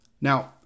Now